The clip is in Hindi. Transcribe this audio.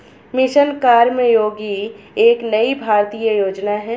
मिशन कर्मयोगी एक नई भारतीय योजना है